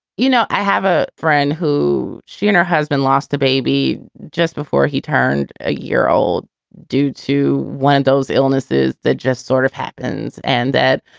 you know, i have a friend who she and her husband lost a baby just before he turned a year old due to one of those illnesses that just sort of happens and that,